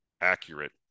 accurate